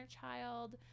child